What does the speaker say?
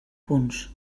punts